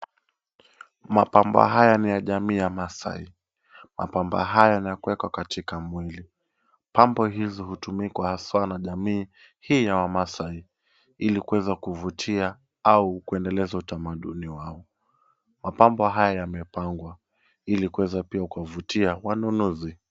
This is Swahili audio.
Mapambo haya ni ya jamii ya maasai. Mapambo haya ni ya kuwekwa katika mwili. Pambo hizi hutumika haswa na hii ya wamaasai ili kuweza kuvutia au kuendeleza utamaduni wao. Mapambo haya yamepangwa ili kuweza pia kuwavutia wanunuzi.